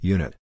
Unit